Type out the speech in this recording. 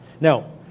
Now